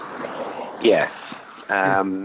Yes